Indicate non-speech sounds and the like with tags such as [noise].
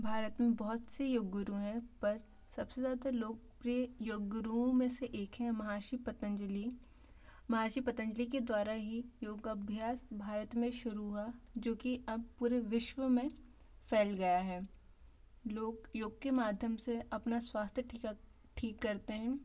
भारत में बहुत से योग गुरु हैं पर सबसे ज़्यादा लोकप्रिय योग गुरुओं मे से एक है महर्षि पतंजलि महर्षि पतंजलि के द्वारा ही योग अभ्यास भारत में शुरू हुआ जोकि अब पूरे विश्व में फैल गया है लोग योग के माध्यम से अपना स्वास्थ्य [unintelligible] ठीक करते है